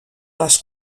les